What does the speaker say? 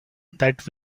that